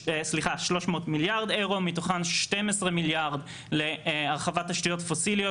מתוכם 12 מיליארד להרחבת תשתיות פוסיליות